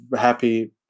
happy